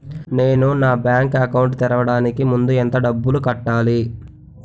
నేను నా bank account తెరవడానికి ముందు ఎంత డబ్బులు కట్టాలి?